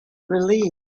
relieved